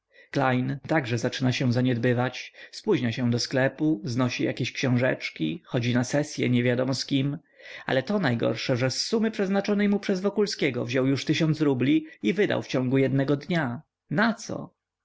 także zaczyna się zaniedbywać spóźnia się do sklepu znosi jakieś książeczki chodzi na sesye niewiadomo z kim ale to najgorsze że z sumy przeznaczonej mu przez wokulskiego wziął już tysiąc rubli i wydał w ciągu jednego dnia naco pomimo to